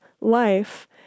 life